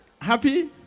happy